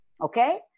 okay